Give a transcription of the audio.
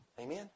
Amen